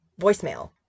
voicemail